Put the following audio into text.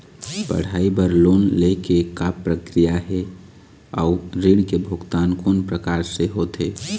पढ़ई बर लोन ले के का प्रक्रिया हे, अउ ऋण के भुगतान कोन प्रकार से होथे?